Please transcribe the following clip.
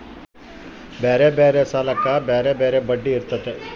ಬ್ಯಾರೆ ಬ್ಯಾರೆ ಸಾಲಕ್ಕ ಬ್ಯಾರೆ ಬ್ಯಾರೆ ಬಡ್ಡಿ ಇರ್ತತೆ